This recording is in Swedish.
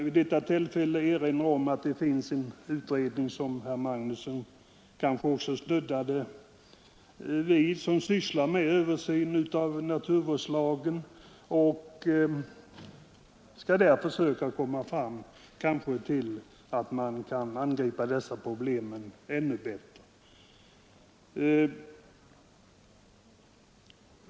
Vidare kan nämnas att det finns en utredning — som herr Magnusson också snuddade vid — som sysslar med översyn av naturvårdslagen och skall försöka komma fram till en bättre lösning av dessa problem.